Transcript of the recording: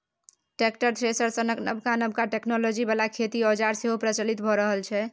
tractor, thresher सनक नबका नबका टेक्नोलॉजी बला खेतीक औजार सेहो प्रचलित भए रहल छै